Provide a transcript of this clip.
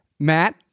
Matt